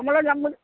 যাম বুলি